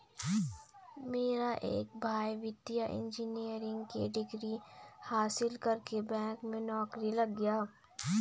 मेरा एक भाई वित्तीय इंजीनियरिंग की डिग्री हासिल करके बैंक में नौकरी लग गया है